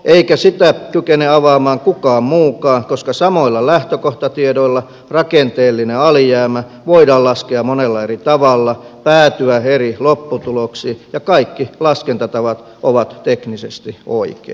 eikä sitä kykene avaamaan kukaan muukaan koska samoilla lähtökohtatiedoilla rakenteellinen alijäämä voidaan laskea monella eri tavalla päätyä eri lopputuloksiin ja kaikki laskentatavat ovat teknisesti oikein